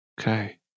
okay